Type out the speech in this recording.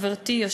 חברתי,